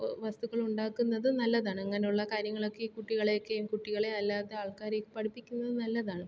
വസ്തുക്കൾ ഉണ്ടാക്കുന്നതും നല്ലതാണ് അങ്ങനെയുള്ള കാര്യങ്ങളൊക്കെ ഈ കുട്ടികളെയൊക്കെയും കുട്ടികളെ അല്ലാത്ത ആൾക്കാരെയും ഒക്കെ പഠിപ്പിക്കുന്നത് നല്ലതാണ്